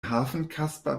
hafenkasper